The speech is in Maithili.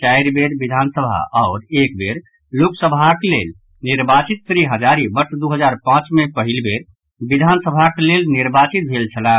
चारि बेर विधान सभा आओर एक बेर लोकसभाक लेल निर्वाचित श्री हजारी वर्ष दू हजार पांच मे पहिल बेर विधानसभाक लेल निर्वाचित भेल छलाह